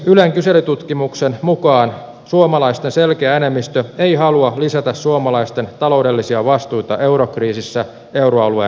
ylen kyselytutkimuksen mukaan suomalaisten selkeä enemmistö ei halua lisätä suomalaisten taloudellisia vastuita eurokriisissä euroalueen